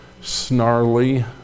snarly